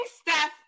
Steph